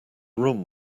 room